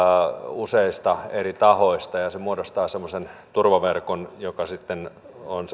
useista eri tahoista ja ja se muodostaa semmoisen turvaverkon joka sitten on